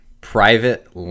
private